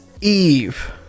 Eve